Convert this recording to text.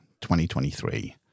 2023